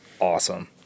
awesome